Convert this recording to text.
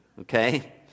okay